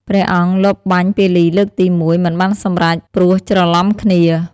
ព្រះអង្គលបបាញ់ពាលីលើកទី១ មិនបានសម្រេច ព្រោះច្រឡំគ្នា។